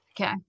Okay